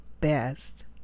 best